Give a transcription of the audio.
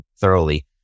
thoroughly